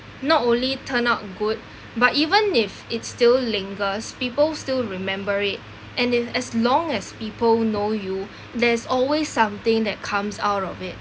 not only turn out good but even if it still lingers people still remember it and if as long as people know you there's always something that comes out of it